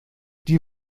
die